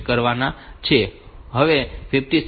હવે 56